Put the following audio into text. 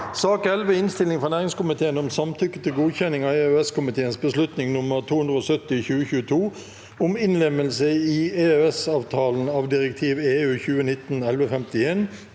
Innstilling fra næringskomiteen om Samtykke til god- kjenning av EØS-komiteens beslutning nr. 270/2022 om innlemmelse i EØS-avtalen av direktiv (EU) 2019/1151